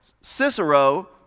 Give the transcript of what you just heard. Cicero